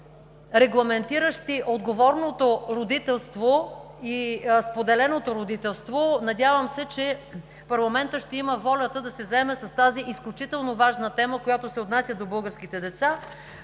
регламентиращи отговорното родителство и споделеното родителство. Надявам се, че парламентът ще има волята да се заеме с тази изключително важна тема, която се отнася до българските деца.